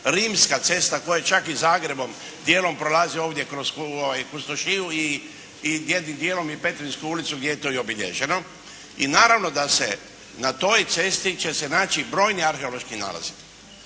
rimska cesta koja čak i Zagrebom dijelom prolazi ovdje kroz Kustošiju i jednim dijelom i Petrinjsku ulicu gdje je to i obilježeno. I naravno da se, na toj cesti će se naći brojni arheološki nalazi.